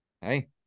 Hey